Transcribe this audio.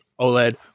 OLED